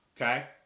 okay